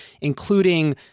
including